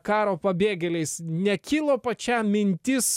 karo pabėgėliais nekilo pačiam mintis